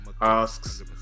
asks